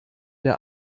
der